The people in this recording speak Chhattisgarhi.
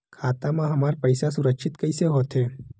खाता मा हमर पईसा सुरक्षित कइसे हो थे?